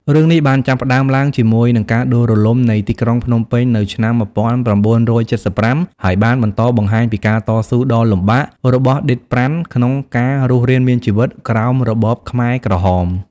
រឿងនេះបានចាប់ផ្ដើមឡើងជាមួយនឹងការដួលរលំនៃទីក្រុងភ្នំពេញនៅឆ្នាំ ១៩៧៥ ហើយបានបន្តបង្ហាញពីការតស៊ូដ៏លំបាករបស់ឌីត ប្រាន់ ក្នុងការរស់រានមានជីវិតក្រោមរបបខ្មែរក្រហម។